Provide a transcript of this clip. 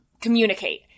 communicate